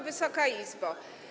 Wysoka Izbo!